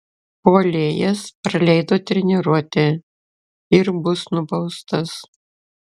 puolėjas praleido treniruotę ir bus nubaustas